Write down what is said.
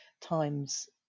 times